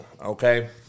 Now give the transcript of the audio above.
Okay